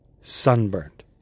sunburned